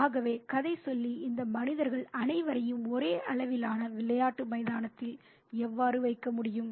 ஆகவே கதைசொல்லி இந்த மனிதர்கள் அனைவரையும் ஒரே அளவிலான விளையாட்டு மைதானத்தில் எவ்வாறு வைக்க முடியும்